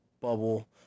bubble